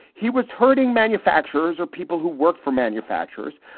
he was hurting manufacturers or people who work for manufacturers,